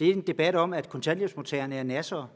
Det er en debat om, at kontanthjælpsmodtagerne er nassere.